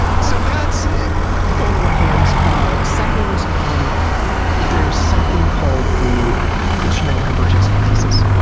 so that's on the one hand. ah second, um there's something called the instrumental convergence thesis.